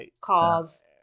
Cause